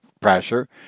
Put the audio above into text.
pressure